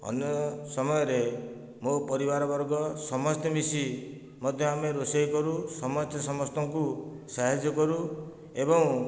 ଅନ୍ୟ ସମୟରେ ମୋ' ପରିବାରବର୍ଗ ସମସ୍ତେ ମିଶି ମଧ୍ୟ ଆମେ ରୋଷେଇ କରୁ ସମସ୍ତେ ସମସ୍ତଙ୍କୁ ସାହାଯ୍ୟ କରୁ ଏବଂ